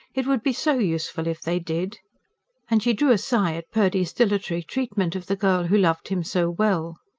it would be so useful if they did and she drew a sigh at purdy's dilatory treatment of the girl who loved him so well.